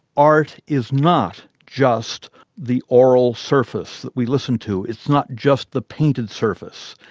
art is not just the aural surface that we listen to, it's not just the painted surface,